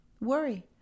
Worry